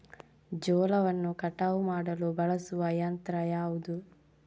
ಜೋಳವನ್ನು ಕಟಾವು ಮಾಡಲು ಬಳಸುವ ಯಂತ್ರ ಯಾವುದು?